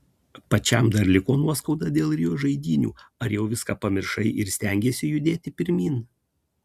pačiam dar liko nuoskauda dėl rio žaidynių ar jau viską pamiršai ir stengiesi judėti pirmyn